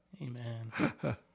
Amen